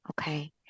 Okay